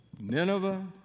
Nineveh